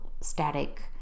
static